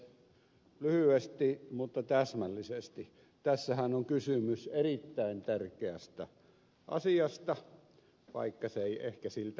lyhyesti mutta täsmällisesti tässähän on kysymys erittäin tärkeästä asiasta vaikka se ei ehkä siltä näytäkään